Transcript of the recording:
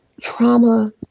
Trauma